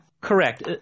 Correct